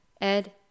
Ed